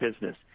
business